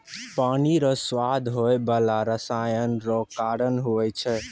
पानी रो स्वाद होय बाला रसायन रो कारण हुवै छै